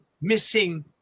missing